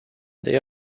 they